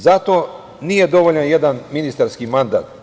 Zato nije dovoljan jedan ministarski mandat.